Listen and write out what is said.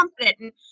confident